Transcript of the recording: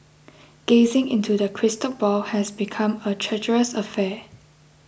gazing into the crystal ball has become a treacherous affair